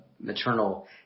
maternal